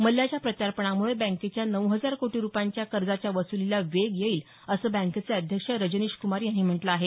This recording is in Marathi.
मल्ल्याच्या प्रत्यापणामुळे बँकेच्या नऊ हजार कोटी रुपयांच्या कर्जाच्या वसुलीला वेग येईल असं बँकेचे अध्यक्ष रजनीश कुमार यांनी म्हटलं आहे